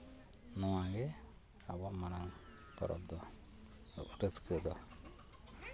ᱱᱚᱣᱟᱜᱮ ᱟᱵᱚᱣᱟᱜ ᱢᱟᱨᱟᱝ ᱯᱚᱨᱚᱵᱽ ᱫᱚ ᱟᱵᱚ ᱨᱟᱹᱥᱠᱟᱹ ᱫᱚ